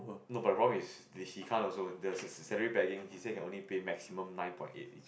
no but the problem is he can't also there's salary pegging he says can only pay maximum nine point eight